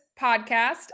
podcast